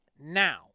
now